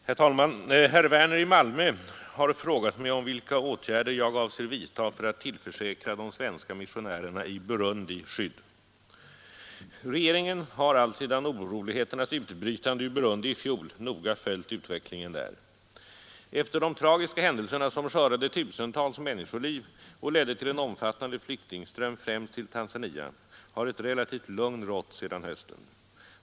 Herr talman! Herr Werner i Malmö har frågat mig om vilka åtgärder jag avser vidta för att tillförsäkra de svenska missionärerna i Burundi skydd. Regeringen har alltsedan oroligheternas utbrytande i Burundi i fjol noga följt utvecklingen där. Efter de tragiska händelserna, som skördade tusentals människoliv och ledde till en omfattande flyktingström främst till Tanzania, har ett relativt lugn rått sedan hösten.